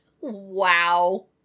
Wow